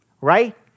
right